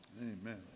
Amen